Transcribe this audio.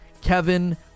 Kevin